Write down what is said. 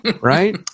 right